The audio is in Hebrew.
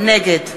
נגד